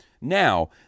Now